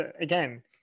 again